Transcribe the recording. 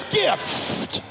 gift